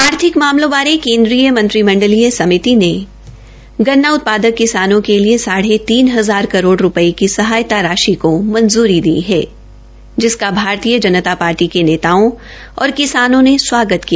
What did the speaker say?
आर्थिक मामलों बारे केन्द्रीय मंत्रिमंडलीय समिति ने गन्ना उत्पादक किसानों के लिए साढ़े तीन हजार करोड़ रूपये की सहायता राशि को मंजूरी दी है जिसका भारतीय जनता पार्टभ के नेताओ और किसानों ने स्वागत किया